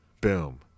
boom